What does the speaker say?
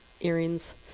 earrings